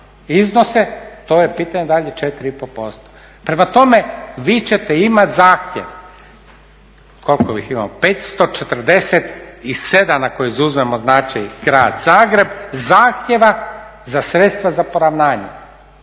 iznose to je pitanje da li je 4,5%. Prema tome vi ćete imati zahtjev 547 ako izuzmemo grad Zagreb zahtjeva za sredstva za poravnanje,